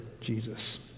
Jesus